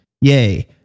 yay